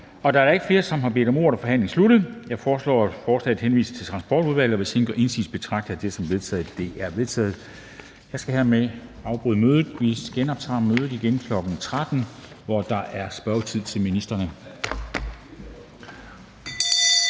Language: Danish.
Da der ikke er flere, der har bedt om ordet, er forhandlingen sluttet. Jeg foreslår, at forslaget til folketingsbeslutning henvises til Transportudvalget. Hvis ingen gør indsigelse, betragter jeg dette som vedtaget. Det er vedtaget. Jeg skal hermed afbryde mødet. Vi genoptager mødet igen kl. 13.00, hvor der er spørgetid til ministrene.